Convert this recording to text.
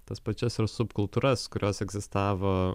tas pačias subkultūras kurios egzistavo